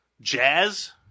Jazz